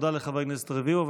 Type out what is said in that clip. תודה לחבר כנסת רביבו.